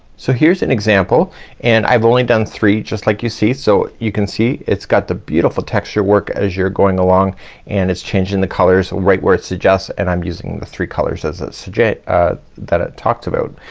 so here's an example and i've only done three just like you see so you can see it's got the beautiful texture work as you're going along and it's changing the colors right where it suggests and i'm using the three colors as it that it talked about.